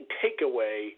takeaway